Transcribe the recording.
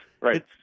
Right